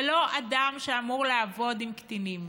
זה לא אדם שאמור לעבוד עם קטינים.